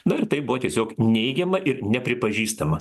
na ir tai buvo tiesiog neigiama ir nepripažįstama